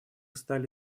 стали